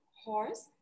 horse